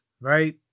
right